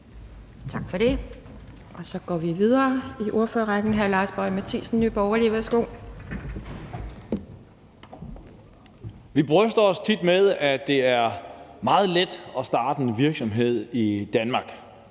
Vi bryster os tit af, at det er meget let at starte en virksomhed i Danmark.